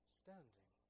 standing